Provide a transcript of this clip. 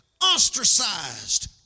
ostracized